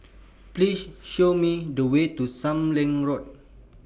Please Show Me The Way to SAM Leong Road